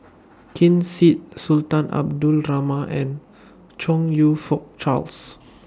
Ken Seet Sultan Abdul Rahman and Chong YOU Fook Charles